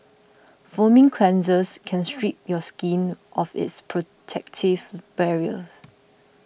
foaming cleansers can strip your skin of its protective barriers